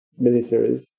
miniseries